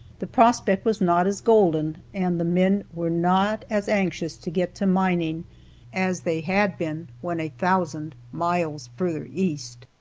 the prospect was not as golden, and the men were not as anxious to get to mining as they had been when a thousand miles further east.